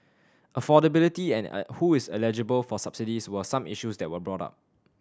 affordability and who is eligible for subsidies were some issues that were brought up